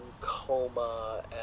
coma